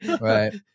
Right